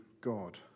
God